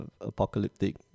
apocalyptic